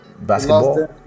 basketball